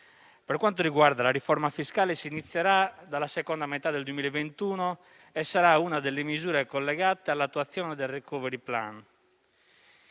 Per quanto riguarda la riforma fiscale, si inizierà dalla seconda metà del 2021 e sarà una delle misure collegate all'attuazione del *recovery plan*.